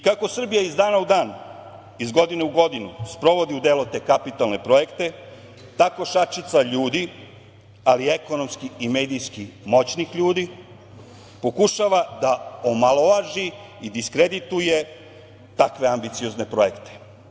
Kako Srbija iz dana u dan, iz godine u godinu sprovodi u delo te kapitalne projekte, tako šačica ljudi, ali ekonomski i medijski moćnih ljudi, pokušava da omalovaži i diskredituje takve ambiciozne projekte.